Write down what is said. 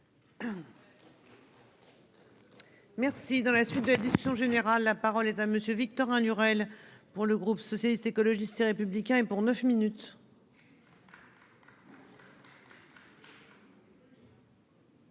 Merci. Dans la suite de la discussion générale. La parole est à Monsieur Victorin Lurel pour le groupe socialiste, écologiste et républicain, et pour 9 minutes.